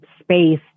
space